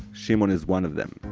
shimon is one of them,